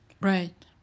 Right